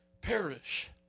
Perish